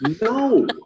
no